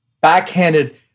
backhanded